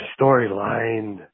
storyline